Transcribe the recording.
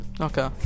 Okay